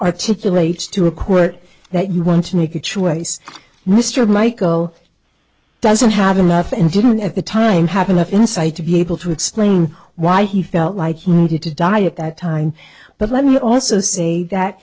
articulate to a court that you want to make a choice mr michael doesn't have enough and didn't at the time have enough insight to be able to explain why he felt like he needed to die at that time but let me also say that